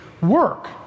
work